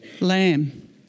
lamb